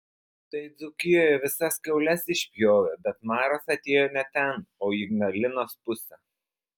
tai dzūkijoje visas kiaules išpjovė bet maras atėjo ne ten o į ignalinos pusę